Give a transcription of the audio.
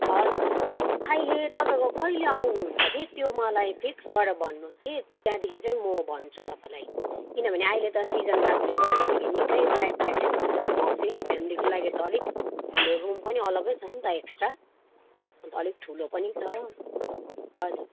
हजुर अहिले तपाईँको कहिले आउनुहुन्छ कि त्यो मलाई फिक्स भएर भन्नुहोस् कि त्यहाँदेखि म भन्छु तपाईँलाई किनभने अहिले त सिजन भएकोले गर्दाखेरि निकै प्याकप्याकै हुनेरहेछ हो फेरि फ्यामिलीको लागि त अलिक राम्रो रुम पनि अलगै छ नि त एक्स्ट्रा अन्त अलिक ठुलो पनि छ हजुर